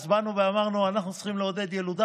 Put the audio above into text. אז באנו ואמרנו: אנחנו צריכים לעודד ילודה,